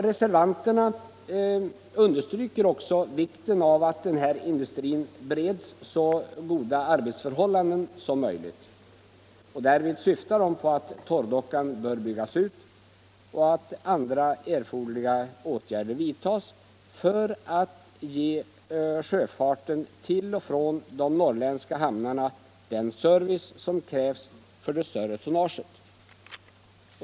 Reservanterna understryker också vikten av att denna industri bereds så goda arbetsförhållanden som möjligt. Därvid åsyftas att torrdockan bör byggas ut och andra erforderliga åtgärder vidtas för att ge sjöfarten till och från de norrländska hamnarna den service som krävs för det större tonnaget.